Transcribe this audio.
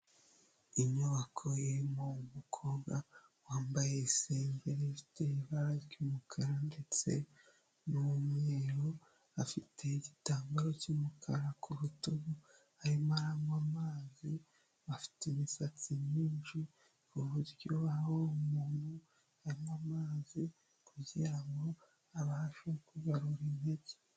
Inyubako irimo umukobwa wambaye isengeri, ifite ibara ry'umukara ndetse n'umweru, afite igitambaro cy'umukara ku rutugu, arimo aranywa amazi, afite imisatsi myinshi ku buryo aho umuntu anywa amazi kugira ngo abashe kugarura intege.